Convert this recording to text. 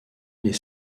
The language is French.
les